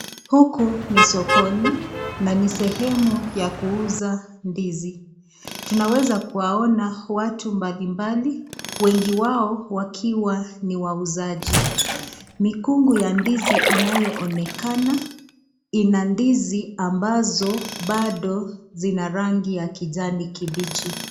Huku ni sokoni na ni sehemu ya kuuza ndizi. Tunaweza kuwaona watu mbali mbali, wengi wao wakiwa ni wauzaji. Mikungu ya ndizi inayoonekana ina ndizi ambazo bado zina rangi ya kijani kibichi.